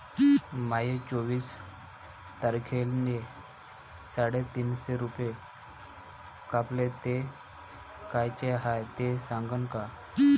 माये चोवीस तारखेले साडेतीनशे रूपे कापले, ते कायचे हाय ते सांगान का?